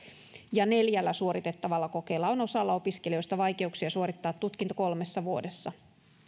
ja neljällä suoritettavalla kokeella on osalla opiskelijoista vaikeuksia suorittaa tutkinto kolmessa vuodessa